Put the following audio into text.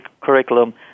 curriculum